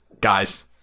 guys